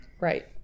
Right